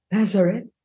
Nazareth